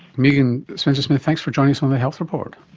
megan spencer-smith, thanks for joining us on the health report.